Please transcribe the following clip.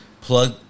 Plug